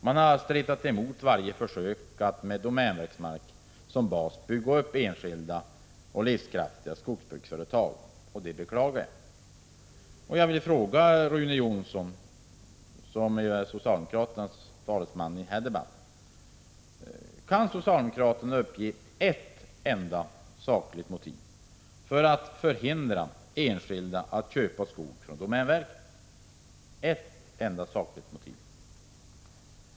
Man har stretat emot varje försök att med domänverkets skogsmark som bas bygga upp enskilda och livskraftiga skogsbruksföretag. Det beklagar jag. Jag vill fråga Rune Jonsson, som är socialdemokraternas talesman i den här debatten: Kan socialdemokraterna ange ett enda sakligt motiv för att förhindra enskilda att köpa skog från domänverket?